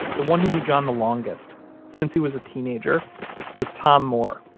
the one who knew john the longest since he was a teenager was tom moore,